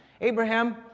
Abraham